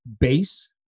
base